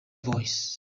voice